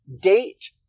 date